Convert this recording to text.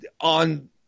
on